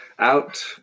Out